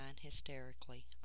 hysterically